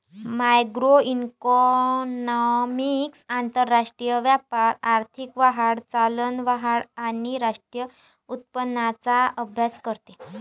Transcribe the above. macroeconomics आंतरराष्ट्रीय व्यापार, आर्थिक वाढ, चलनवाढ आणि राष्ट्रीय उत्पन्नाचा अभ्यास करते